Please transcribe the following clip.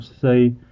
say